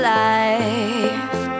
life